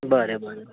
बरें बरें